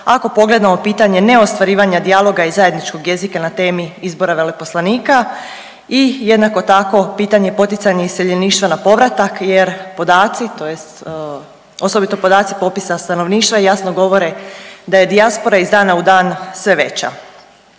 Ako pogledamo pitanja neostvarivanja dijaloga i zajedničkog jezika na temi izbora veleposlanika i jednako tako pitanje poticanja iseljeništva na povratak jer podaci tj. osobito podaci popisa stanovništva jasno govore da je dijaspora iz dana u dan sve veća.